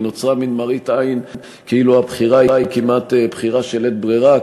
ונוצרה מין מראית עין כאילו הבחירה היא כמעט בחירה של אין ברירה,